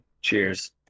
Cheers